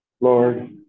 Lord